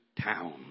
town